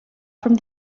from